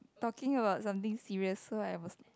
talking about something serious so I was